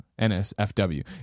NSFW